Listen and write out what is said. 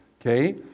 Okay